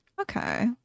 Okay